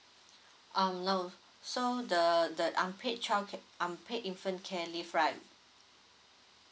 um no so the the unpaid childca~ unpaid infant care leave right